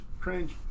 cringe